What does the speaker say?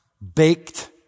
Baked